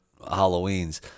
Halloweens